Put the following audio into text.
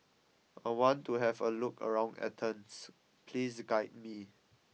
I want to have a look around Athens Please guide me